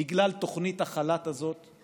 בגלל תוכנית החל"ת הזאת,